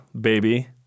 baby